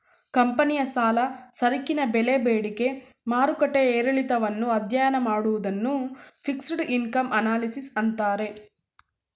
ಕಂಪನಿಯ ಸಾಲ, ಸರಕಿನ ಬೆಲೆ ಬೇಡಿಕೆ ಮಾರುಕಟ್ಟೆಯ ಏರಿಳಿತವನ್ನು ಅಧ್ಯಯನ ಮಾಡುವುದನ್ನು ಫಿಕ್ಸೆಡ್ ಇನ್ಕಮ್ ಅನಲಿಸಿಸ್ ಅಂತಾರೆ